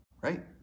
right